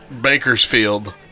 Bakersfield